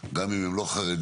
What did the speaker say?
גם אם הם לא חרדים,